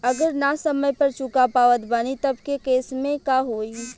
अगर ना समय पर चुका पावत बानी तब के केसमे का होई?